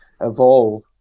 evolve